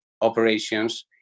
operations